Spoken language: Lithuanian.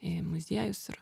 į muziejus ir